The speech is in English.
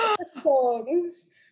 Songs